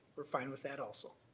we're fine with that also.